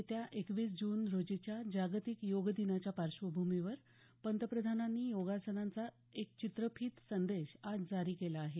येत्या एकवीस जून रोजीच्या जागतिक योगदिनाच्या पार्श्वभूमीवर पंतप्रधानांनी योगासनांचा एक चित्रफित संदेश आज जारी केला आहे